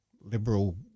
liberal